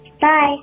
Bye